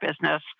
business